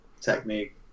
technique